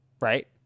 right